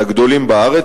מהגדולים בארץ,